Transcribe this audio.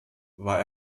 war